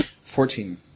Fourteen